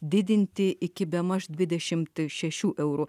didinti iki bemaž dvidešimt šešių eurų